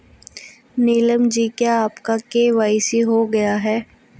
नीलम जी क्या आपका के.वाई.सी हो गया है?